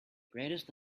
greatest